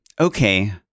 okay